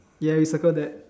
ya we circle that